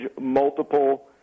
multiple